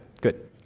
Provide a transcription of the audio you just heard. good